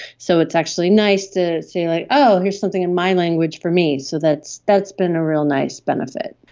so it's actually nice to see, like oh, here's something in my language for me, so that's that's been a real nice benefit.